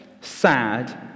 sad